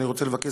אני רוצה לבקש